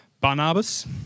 Barnabas